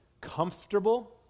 comfortable